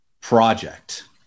project